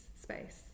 space